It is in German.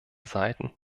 seiten